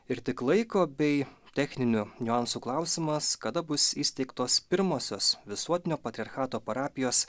ir tik laiko bei techninių niuansų klausimas kada bus įsteigtos pirmosios visuotinio patriarchato parapijos